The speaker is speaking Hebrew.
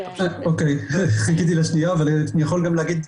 אוקי, חיכיתי לשנייה אבל אני יכול גם להגיד,